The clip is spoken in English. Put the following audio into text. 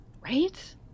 Right